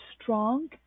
strong